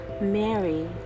mary